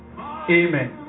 Amen